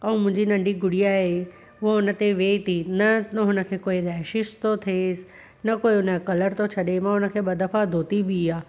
ऐं मुंहिंजी नंढी गुड़िया आहे हूअ हुन ते वेह थी न हुनखे कोई रैशिस थो थिए न हुनजो कोई कलर थो छॾे मां हुनखे ॿ दफ़ा धोती बि आहे